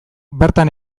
bertan